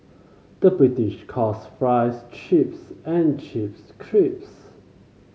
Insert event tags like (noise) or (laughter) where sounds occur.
the British calls fries chips and chips (unintelligible)